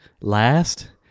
last